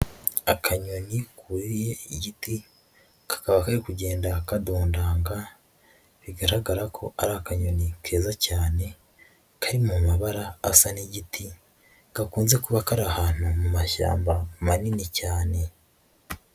Akanyoni kuriye igiti, kakaba kari kugenda kadondanga bigaragara ko ari akanyoni keza cyane, kari mu mabara asa n'igiti, gakunze kuba kari ahantu mu mashyamba manini cyane.